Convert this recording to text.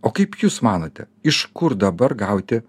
o kaip jūs manote iš kur dabar gauti